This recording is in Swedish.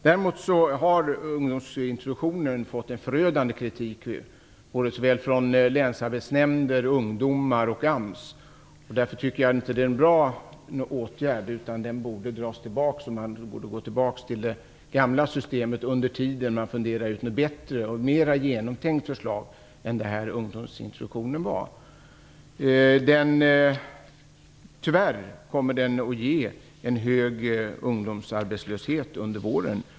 Däremot har ungdomsintroduktionen fått en förödande kritik såväl från länsarbetsnämnder som ungdomar och AMS. Därför tycker jag inte att det är en bra åtgärd. Den borde dras tillbaks. Man borde gå tillbaks till det gamla systemet under den tid man funderar ut något bättre och mer genomtänkt förslag än ungdomsintroduktionen är. Tyvärr kommer introduktionsåtgärden att ge en hög ungdomsarbetslöshet under våren.